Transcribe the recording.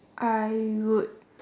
I would